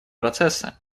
процесса